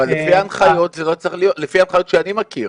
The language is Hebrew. אבל לפי ההנחיות שאני מכיר,